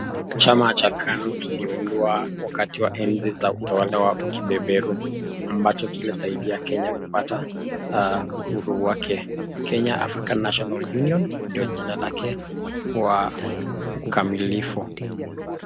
Chama cha KANU kiliondoa wakati wa enzi za utawala wa kibeberu ambacho kimesaidia Kenya kupata uhuru wake. Kenya African National Union ndio jina lake kwa ukamilifu.